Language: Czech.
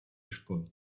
školy